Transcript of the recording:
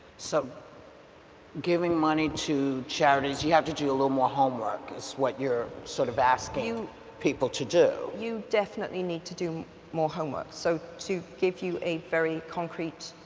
so giving money to charities you have to do a little more homework, is what you're sort of asking people to do? you definitely need to do more homework. so to give you a very concrete